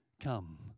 come